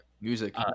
music